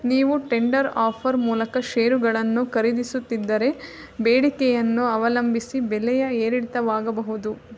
ನೀವು tender offer ಮೂಲಕ ಷೇರುಗಳನ್ನು ಖರೀದಿಸುತ್ತಿದ್ದರೆ ಬೇಡಿಕೆಯನ್ನು ಅವಲಂಬಿಸಿ ಬೆಲೆಯ ಏರಿಳಿತವಾಗಬಹುದು